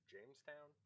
Jamestown